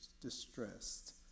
distressed